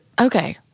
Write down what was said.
Okay